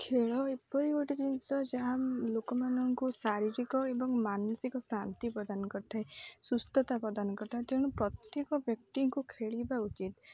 ଖେଳ ଏପରି ଗୋଟେ ଜିନିଷ ଯାହା ଲୋକମାନଙ୍କୁ ଶାରୀରିକ ଏବଂ ମାନସିକ ଶାନ୍ତି ପ୍ରଦାନ କରିଥାଏ ସୁସ୍ଥତା ପ୍ରଦାନ କରିଥାଏ ତେଣୁ ପ୍ରତ୍ୟେକ ବ୍ୟକ୍ତିଙ୍କୁ ଖେଳିବା ଉଚିତ୍